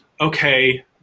okay